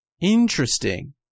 interesting